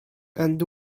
and